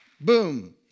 boom